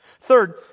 Third